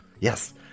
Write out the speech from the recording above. Yes